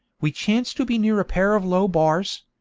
we chanced to be near a pair of low bars.